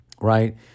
Right